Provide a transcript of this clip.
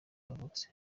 yavutse